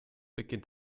beginnt